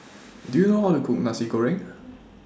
Do YOU know How to Cook Nasi Goreng